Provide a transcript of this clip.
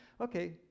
okay